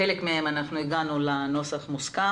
בחלק מהם הגענו לנוסח מוסכם,